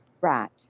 Right